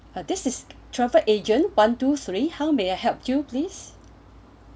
uh this is travel agent one two three how may I help you please